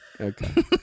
Okay